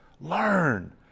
Learn